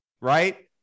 right